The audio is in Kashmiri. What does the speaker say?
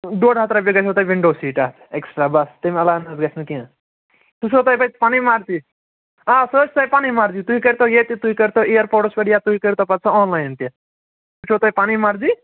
ڈۄڈ ہَتھ رۄپیہِ گژھنو تۄہہِ وِنڈو سیٖٹ اَتھ اٮ۪کسٹرٛا بَس تَمہِ علاوٕ نہٕ حظ گژھِ نہٕ کیٚنٛہہ سُہ چھُو تۄہہِ پَتہٕ پَنٕنۍ مرضی آ سُہ حظ چھِ تۄہہِ پَنٕنۍ مرضی تُہۍ کٔرۍتو ییٚتہِ تُہۍ کٔرۍتو اِیَرپوٹس پٮ۪ٹھ یا تُہۍ کٔرۍتو پَتہٕ سُہ آن لایِن تہِ سُہ چھو تۄہہِ پَنٕنۍ مرضی